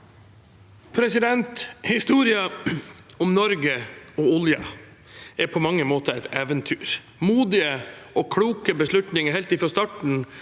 Historien om Nor- ge og oljen er på mange måter et eventyr. Modige og kloke beslutninger helt fra start